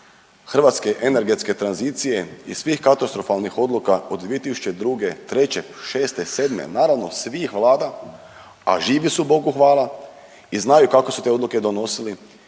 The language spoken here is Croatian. hrvatske energetske tranzicije iz svih katastrofalnih odluka od 2002., 3., 6., 7. naravno svih vlada a živi su Bogu hvala i znaju kako su te odluke donosili,